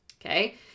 Okay